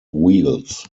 wields